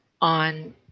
on